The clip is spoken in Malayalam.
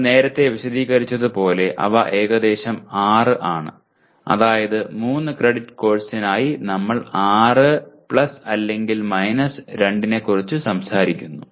നമ്മൾ നേരത്തെ വിശദീകരിച്ചതുപോലെ അവ ഏകദേശം 6 ആണ് അതായത് 3 ക്രെഡിറ്റ് കോഴ്സിനായി നമ്മൾ 6 പ്ലസ് അല്ലെങ്കിൽ മൈനസ് 2 നെക്കുറിച്ച് സംസാരിക്കുന്നു